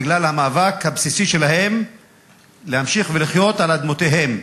בגלל המאבק הבסיסי שלהם להמשיך ולחיות על אדמותיהם.